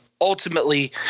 Ultimately